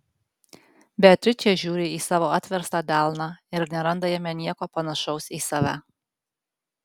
beatričė žiūri į savo atverstą delną ir neranda jame nieko panašaus į save